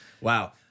Wow